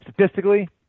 Statistically